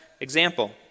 example